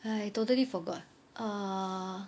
ya I totally forgot err